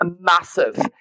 massive